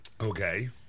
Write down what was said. Okay